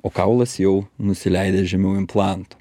o kaulas jau nusileidęs žemiau implantų